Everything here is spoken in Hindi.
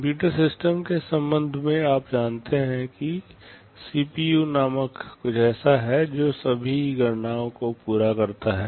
कंप्यूटर सिस्टम के संबंध में आप जानते हैं कि सीपीयू नामक कुछ ऐसा है जो सभी गणनाओं को पूरा करता है